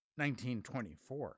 1924